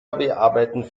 arbeiten